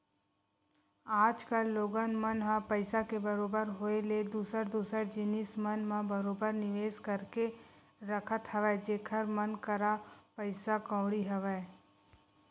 आज कल लोगन मन ह पइसा के बरोबर होय ले दूसर दूसर जिनिस मन म बरोबर निवेस करके रखत हवय जेखर मन करा पइसा कउड़ी हवय